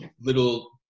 little